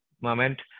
moment